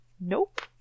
nope